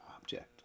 object